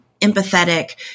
empathetic